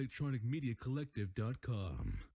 electronicmediacollective.com